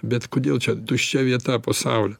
bet kodėl čia tuščia vieta po saule